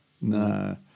No